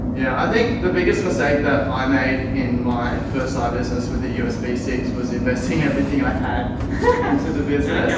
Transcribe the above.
yeah. i think the biggest mistake that i made in my first side business with the usb sticks was investing everything i had into the business, yeah